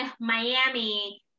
Miami